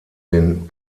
den